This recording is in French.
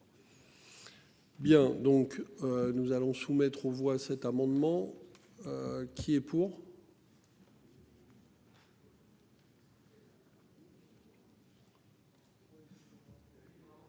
Bien, donc nous allons soumettre aux voix cet amendement. Qui est pour.